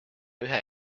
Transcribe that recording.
ühe